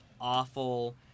awful